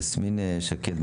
יסמין שקד,